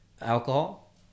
alcohol